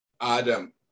Adam